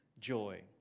joy